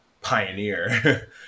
pioneer